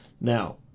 Now